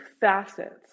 facets